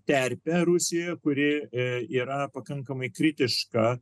terpę rusijoje kuri yra pakankamai kritiška